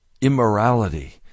Immorality